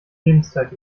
lebenszeit